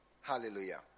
Hallelujah